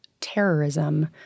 terrorism